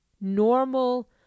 normal